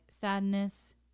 sadness